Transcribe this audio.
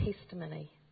testimony